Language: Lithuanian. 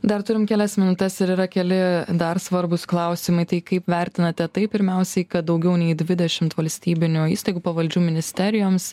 dar turim kelias minutes ir yra keli dar svarbūs klausimai tai kaip vertinate tai pirmiausiai kad daugiau nei dvidešimt valstybinių įstaigų pavaldžių ministerijoms